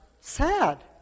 Sad